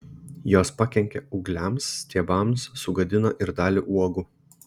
jos pakenkia ūgliams stiebams sugadina ir dalį uogų